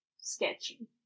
sketchy